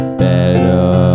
better